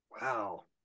Wow